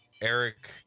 Eric